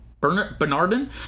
Bernardin